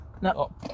No